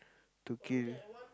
to kill